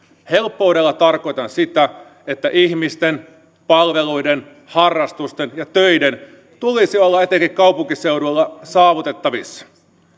helppoudella tarkoitan sitä että ihmisten palveluiden harrastusten ja töiden tulisi olla etenkin kaupunkiseudulla saavutettavissa